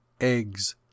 eggs